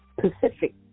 Pacific